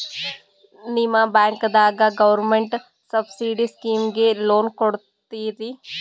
ನಿಮ ಬ್ಯಾಂಕದಾಗ government subsidy ಸ್ಕೀಮಿಗಿ ಲೊನ ಕೊಡ್ಲತ್ತೀರಿ?